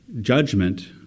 judgment